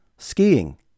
skiing